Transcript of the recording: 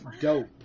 dope